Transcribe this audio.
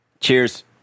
Cheers